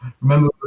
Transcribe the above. remember